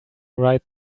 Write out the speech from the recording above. write